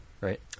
right